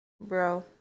Bro